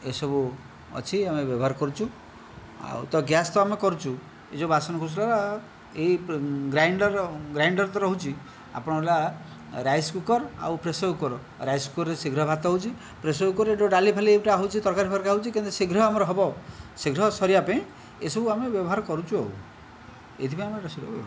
ଏସବୁ ଅଛି ଆମେ ବ୍ୟବହାର କରୁଛୁ ଆଉ ତ ଗ୍ୟାସ୍ ତ ଆମେ କରୁଛୁ ଏହି ଯେଉଁ ବାସନ କୁସନ ଏହି ଗ୍ରାଇଣ୍ଡର ଗ୍ରାଇଣ୍ଡର ତ ରହୁଛି ଆପଣଙ୍କର ହେଲା ରାଇସ୍ କୁକର ଆଉ ପ୍ରେସର କୁକର ରାଇସ୍ କୁକରରେ ଶୀଘ୍ର ଭାତ ହେଉଛି ପ୍ରେସର କୁକର ଏ ଯେଉଁ ଡାଲି ଫାଲିଟା ହେଉଛି ତରକାରୀ ଫରକାରୀ ହେଉଛି କିନ୍ତୁ ଶୀଘ୍ର ଆମର ହେବ ଶୀଘ୍ର ସରିବା ପାଇଁ ଏସବୁ ଆମେ ବ୍ୟବହାର କରୁଛୁ ଆଉ ଏଥିପାଇଁ ଆମେ ଏଇଟା ସବୁ ବ୍ୟବହାର କରୁଛୁ